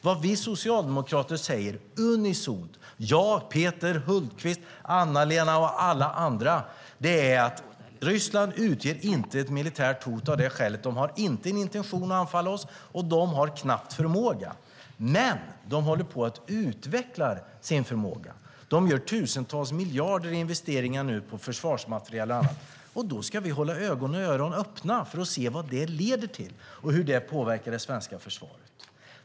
Vi socialdemokrater säger unisont - jag, Peter Hultqvist, Anna-Lena och alla andra - att Ryssland inte utgör ett militärt hot av det skälet. De har inte en intention att anfalla oss, och de har knappt förmåga. Men de håller på att utveckla sin förmåga. De satsar tusentals miljarder nu i investeringar i försvarsmateriel och annat. Då ska vi hålla ögon och öron öppna för att se vad det leder till och hur det påverkar det svenska försvaret.